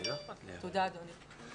תודה, אדוני.